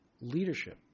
leadership